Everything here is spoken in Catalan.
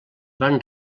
van